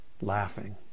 laughing